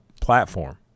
platform